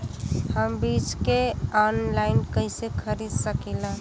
हम बीज के आनलाइन कइसे खरीद सकीला?